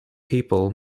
people